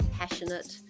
passionate